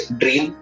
dream